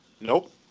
Nope